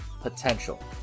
potential